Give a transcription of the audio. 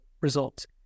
results